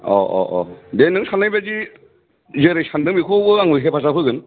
औ औ औ दे नों साननाय बायदि जेरै सानदों बेखौबो आंबो हेफाजाब होगोन